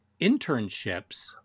internships